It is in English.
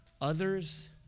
others